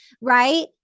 right